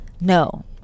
No